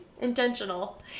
Intentional